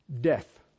Death